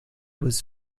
was